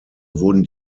wurden